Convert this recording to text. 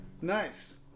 Nice